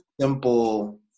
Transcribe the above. simple